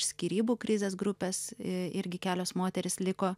iš skyrybų krizės grupės i irgi kelios moterys liko